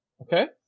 Okay